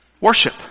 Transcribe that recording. worship